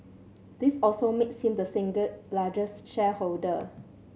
this also makes him the single largest shareholder